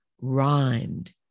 rhymed